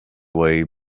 way